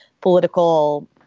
political